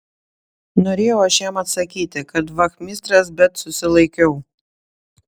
norėjau aš jam atsakyti kad vachmistras bet susilaikiau